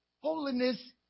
holiness